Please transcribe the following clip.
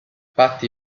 patti